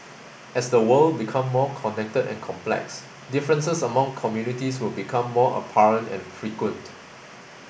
as the world become more connected and complex differences among communities will become more apparent and frequent